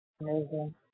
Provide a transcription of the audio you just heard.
Amazing